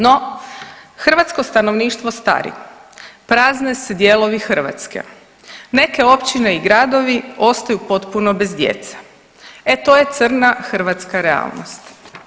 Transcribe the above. No hrvatsko stanovništvo stari, prazne se dijelovi Hrvatske, neke općine i gradovi ostaju potpuno bez djece, e to je crna hrvatska realnost.